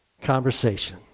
conversation